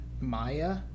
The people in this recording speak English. Maya